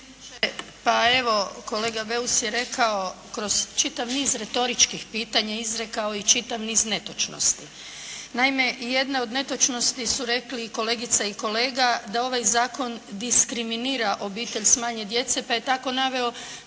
Pa, evo, kolega Beus je rekao, kroz čitav niz retoričkih pitanja izrekao i čitav niz netočnosti. Naime, jedne od netočnosti su rekli i kolegica i kolega, da ovaj zakon diskriminira obitelj s manje djece, pa je tako naveo